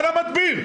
על המדביר?